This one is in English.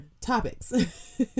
topics